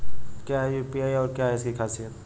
क्या है यू.पी.आई और क्या है इसकी खासियत?